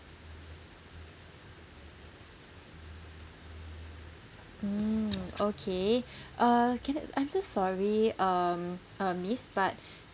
mm okay uh can I I'm so sorry um uh miss but